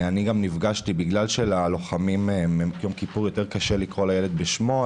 בגלל שללוחמים ממלחמת יום כיפור קשה יותר לקרוא לילד בשמו,